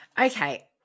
Okay